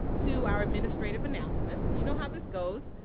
to our administrative announcements. you know how this goes.